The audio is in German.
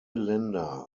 länder